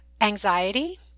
anxiety